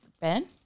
Ben